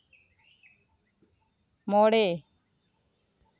ᱢᱚᱬᱮ